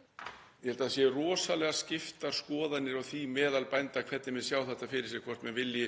ég held að það séu rosalega skiptar skoðanir á því meðal bænda hvernig menn sjá þetta fyrir sér, hvort menn vilji